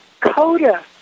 CODA